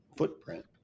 footprint